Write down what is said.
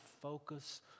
focus